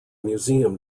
museum